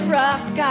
rock